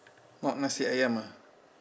not nasi ayam ah